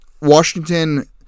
Washington